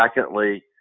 Secondly